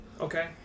Okay